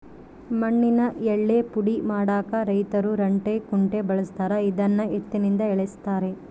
ಮಣ್ಣಿನ ಯಳ್ಳೇ ಪುಡಿ ಮಾಡಾಕ ರೈತರು ರಂಟೆ ಕುಂಟೆ ಬಳಸ್ತಾರ ಇದನ್ನು ಎತ್ತಿನಿಂದ ಎಳೆಸ್ತಾರೆ